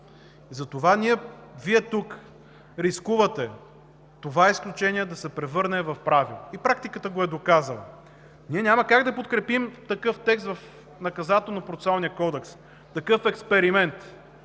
Затова Вие тук рискувате това изключение да се превърне в правило. И практиката го е доказала. Ние няма как да подкрепим такъв текст в Наказателно-процесуалния кодекс, такъв експеримент,